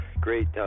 great